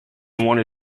want